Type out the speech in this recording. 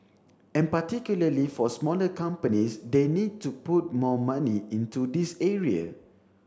and particularly for smaller companies they need to put more money into this area